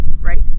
Right